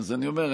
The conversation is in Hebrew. אז אני אומר,